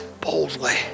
boldly